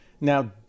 Now